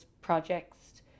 projects